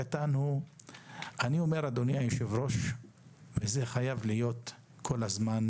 אני אומר, וזה חייב כל הזמן